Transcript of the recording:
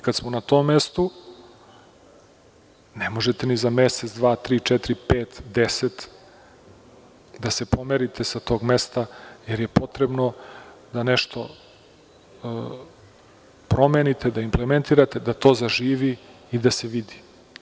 Kada smo na tom mestu, ne možete za mesec, dva, tri, četiri, pet, deset da se pomerite sa tog mesta, jer je potrebno da nešto promenite, da implementirate, da to zaživi i da se vidi.